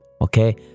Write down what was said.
okay